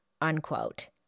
Unquote